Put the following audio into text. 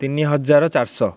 ତିନି ହଜାର ଚାରିଶହ